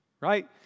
right